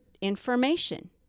information